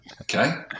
Okay